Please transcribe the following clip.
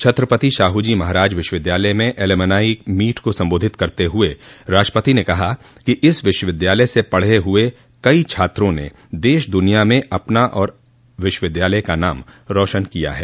छत्रपति शाहूजी महाराज विश्वविद्यालय म alumni meet को संबोधित करते हुए राष्ट्रपति ने कहा कि इस विश्वविद्यालय से पढ़े हुए कई छात्रों ने देश दनिया में अपना और विश्वविद्यालय का नाम रौशन किया है